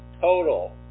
total